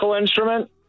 instrument